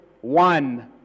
one